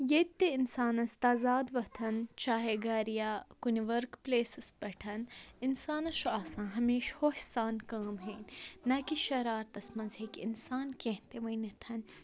ییٚتہِ تہِ اِنسانَس تضاد وۄتھان چاہَے گَرِ یا کُنہِ وٕرک پٕلیسَس پٮ۪ٹھ اِنسانَس چھُ آسان ہمیشہِ ہوشہِ سان کٲم ہیٚنۍ نہ کہِ شرارتَس منٛز ہیٚکہِ اِنسان کیٚنہہ تہِ ؤنِتھ